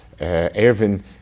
Erwin